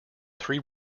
three